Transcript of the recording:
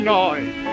noise